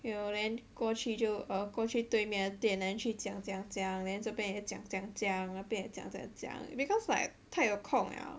you know then 过去就过去对面的店 then 去讲讲讲 then 这边也讲讲讲那边也讲讲讲 because like 太有空了